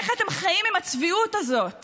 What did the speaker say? איך אתם חיים עם הצביעות הזאת